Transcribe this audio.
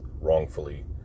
wrongfully